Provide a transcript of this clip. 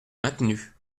maintenu